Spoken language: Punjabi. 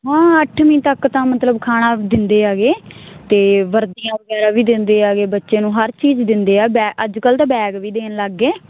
ਹਾਂ ਅੱਠਵੀਂ ਤੱਕ ਤਾਂ ਮਤਲਬ ਖਾਣਾ ਦਿੰਦੇ ਆਗੇ ਤੇ ਵਰਦੀਆਂ ਵਗੈਰਾ ਵੀ ਦਿੰਦੇ ਆਗੇ ਬੱਚੇ ਨੂੰ ਹਰ ਚੀਜ਼ ਦਿੰਦੇ ਆ ਅੱਜ ਕੱਲ ਤਾਂ ਬੈਗ ਵੀ ਦੇਣ ਲੱਗ ਗਏ